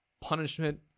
Punishment